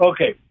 Okay